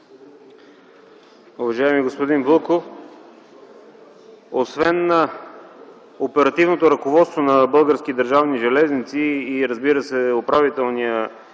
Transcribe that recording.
Уважаеми господин Вълков! Освен оперативното ръководство на Български държавни железници, разбира се, и Управителният